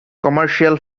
commercial